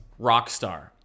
Rockstar